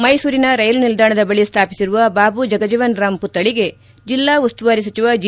ಮೈಸೂರಿನ ರೈಲು ನಿಲ್ದಾಣದ ಬಳಿ ಸ್ಥಾಪಿಸಿರುವ ಬಾಬು ಜಗಜೀವನರಾಮ್ ಪುತ್ತಳಿಗೆ ಜಿಲ್ಲಾ ಉಸ್ತುವಾರಿ ಸಚಿವ ಜಿ